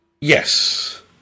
Yes